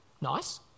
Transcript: Nice